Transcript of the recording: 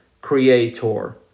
creator